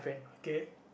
okay